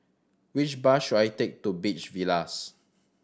which bus should I take to Beach Villas